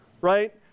right